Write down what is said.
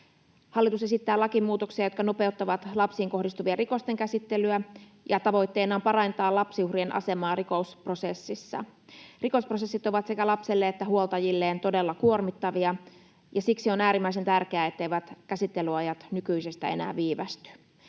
Hallitus esittää lakimuutoksia, jotka nopeuttavat lapsiin kohdistuvien rikosten käsittelyä, ja tavoitteena on parantaa lapsiuhrien asemaa rikosprosessissa. Rikosprosessit ovat sekä lapselle että hänen huoltajilleen todella kuormittavia, ja siksi on äärimmäisen tärkeää, etteivät käsittelyajat nykyisestä enää viivästy.